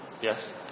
Yes